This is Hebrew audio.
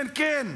כן, כן,